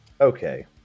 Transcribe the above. Okay